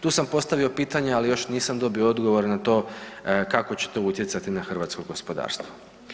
Tu sam postavio pitanje ali još nisam dobio odgovor na to kako će to utjecati na hrvatsko gospodarstvo.